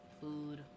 Food